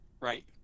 Right